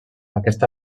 aquesta